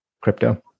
crypto